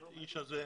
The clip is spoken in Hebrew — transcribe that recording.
שהיה,